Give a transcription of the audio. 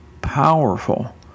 powerful